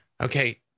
Okay